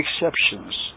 exceptions